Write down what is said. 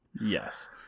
Yes